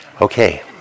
Okay